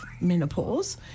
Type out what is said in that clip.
menopause